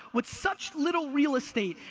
with such little real estate,